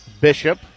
Bishop